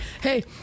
hey